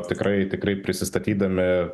tikrai tikrai prisistatydami